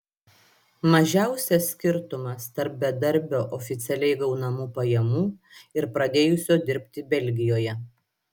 mažiausias skirtumas tarp bedarbio oficialiai gaunamų pajamų ir pradėjusio dirbti belgijoje